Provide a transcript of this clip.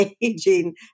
aging